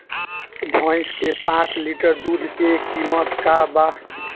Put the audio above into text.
भईस के पांच लीटर दुध के कीमत का बा?